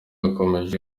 akomeje